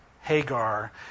Hagar